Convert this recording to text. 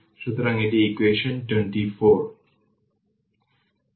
সুতরাং এটি 2000 t q ampere তাই power p v i p 30 t 2 2000 t 3 6 10 থেকে পাওয়ার 4 t থেকে 5